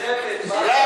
שקט, מה קרה?